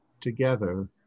together